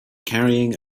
carrying